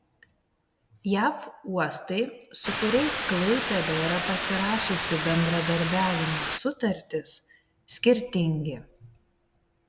jav uostai su kuriais klaipėda yra pasirašiusi bendradarbiavimo sutartis skirtingi